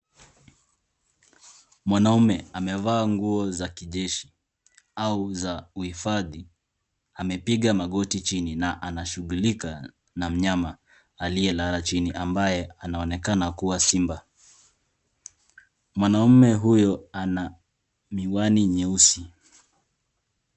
Mwanaume amevaa nguo za kijeshi au za uhifadhi. Amepiga magoti chini na anashughulika na mnyama aliyelala chini ambaye anaonekana kuwa Simba. Mwanaume huyo ana miwani nyeusi.